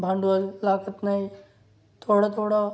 भांडवल लागत नाही थोडं थोडं